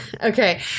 Okay